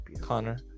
Connor